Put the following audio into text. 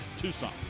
Tucson